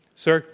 sir,